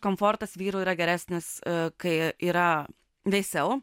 komfortas vyrų yra geresnis kai yra vėsiau